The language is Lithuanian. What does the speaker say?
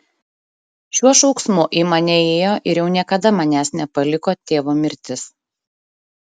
šiuo šauksmu į mane įėjo ir jau niekada manęs nepaliko tėvo mirtis